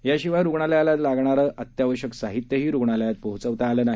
याशिवाय रूग्णालयाला लागणारे अत्यावश्यक साहित्यही रूग्णालयात पोहोचवता आले नाही